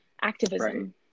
activism